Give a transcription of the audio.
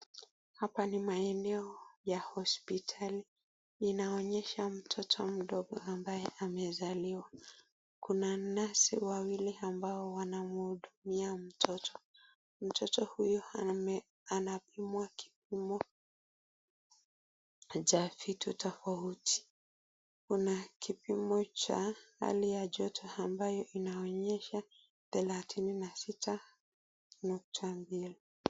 Hapa ni maeneo ya hospitali inaonyesha mtoto mdogo ambaye amezaliwa. Kuna nesi wawili ambao wanamhudumia mtoto. Mtoto huyo anapimwa kipimo cha vitu tofauti kuna kipimo cha hali ya joto ambayo inaonyesha thelathini na sita nukta mbili.